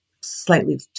slightly